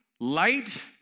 light